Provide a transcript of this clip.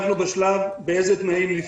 אנחנו בשלב של באילו תנאים לפתוח.